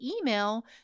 email